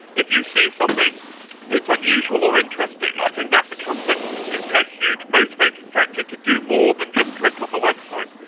if you see something that's unusual or interesting, i think that becomes like a huge motivating factor to do more than just click on the website.